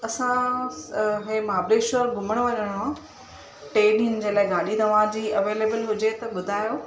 असां हे माब्लेश्वर घुमण वञिणो आहे टे ॾीहनि जे लाइ गाॾी तवहांजी अवेलेबिल हुजे त ॿुधायो